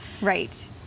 right